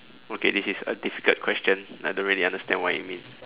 okay this is a difficult question I don't really understand what it means